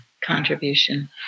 contribution